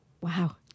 Wow